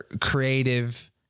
creative